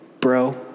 Bro